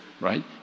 right